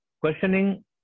Questioning